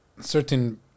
certain